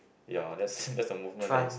ya that's that's the movement there is